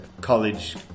college